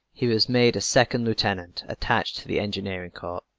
he was made a second lieutenant, attached to the engineering corps.